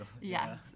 Yes